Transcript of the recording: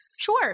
Sure